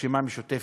הרשימה המשותפת,